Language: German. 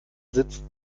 sitzt